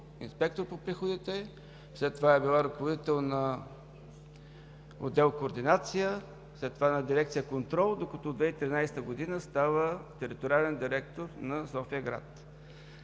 инспектор по приходите, била е ръководител на отдел „Координация“, след това на дирекция „Контрол“, докато през 2013 г. става териториален директор на София – град.